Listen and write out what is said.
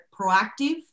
proactive